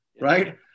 right